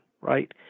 right